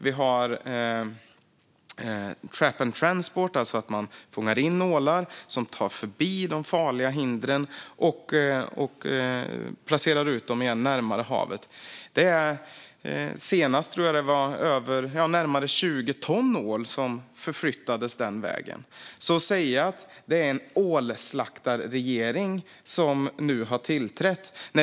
Vi använder trap-and-transport, alltså att man fångar in ålar, tar dem förbi de farliga hindren och placerar ut dem igen närmare havet. Senast var det, tror jag, närmare 20 ton ål som förflyttades den vägen. Det är lite väl magstarkt att säga att det är en ålslaktarregering som nu har tillträtt.